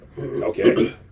Okay